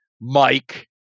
Mike